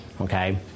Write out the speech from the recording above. okay